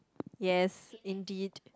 yes indeed